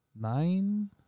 nine